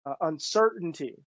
uncertainty